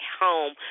home